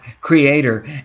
creator